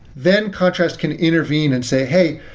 then contrast can intervene and say, hey,